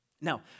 Now